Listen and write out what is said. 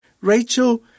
Rachel